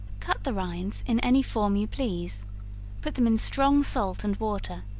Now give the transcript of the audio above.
cut the rinds in any form you please put them in strong salt and water,